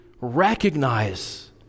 recognize